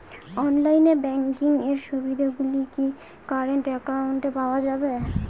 Online banking এর সুবিধে গুলি কি কারেন্ট অ্যাকাউন্টে পাওয়া যাবে?